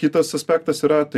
kitas aspektas yra tai